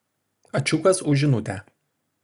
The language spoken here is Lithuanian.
ačiukas už žinutę